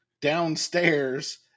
downstairs